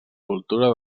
cultura